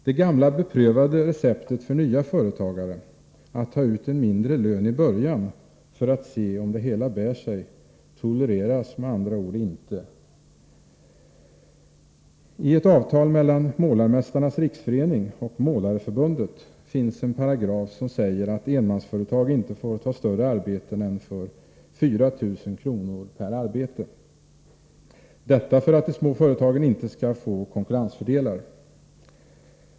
Det gamla beprövade receptet för nya företagare att ta ut en mindre lön i början för att se om det hela bär sig tolereras med andra ord inte. fackliga organisationer att infordra en paragraf, som säger att enmansföretag inte får ta större arbeten än för 4 000 kr. per arbete — detta för att de små företagen inte skall få några konkurrensfördelar.